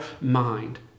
mind